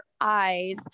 eyes